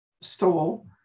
stole